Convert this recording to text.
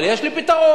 אבל יש לי פתרון.